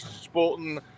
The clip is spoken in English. sporting